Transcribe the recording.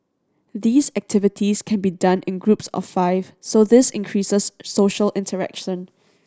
these activities can be done in groups of five so this increases social interaction